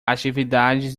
atividades